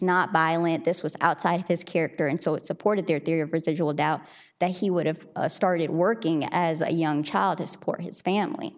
not violent this was outside of his character and so it supported their theory of residual doubt that he would have started working as a young child to support his family